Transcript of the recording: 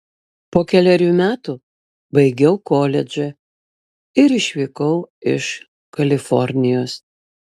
po kelerių metų baigiau koledžą ir išvykau iš kalifornijos